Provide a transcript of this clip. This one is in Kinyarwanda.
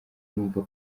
numva